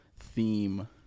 theme